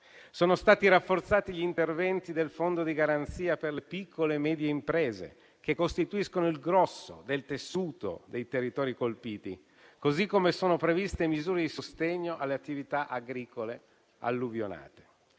Sono stati rafforzati gli interventi del fondo di garanzia per le piccole e medie imprese, che costituiscono il grosso del tessuto dei territori colpiti; così come sono previste misure di sostegno alle attività agricole alluvionate.